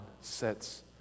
sets